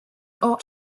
ought